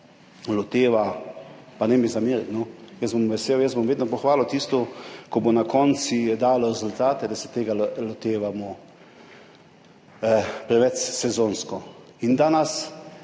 loteva – pa ne mi zameriti, jaz bom vesel, jaz bom vedno pohvalil tisto, kar bo na koncu dalo rezultate –, da se tega lotevamo preveč sezonsko in da nas